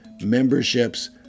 memberships